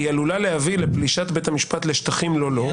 היא עלולה להביא לפלישת בית המשפט לשטחים לא לו,